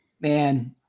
Man